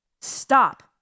Stop